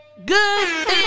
Good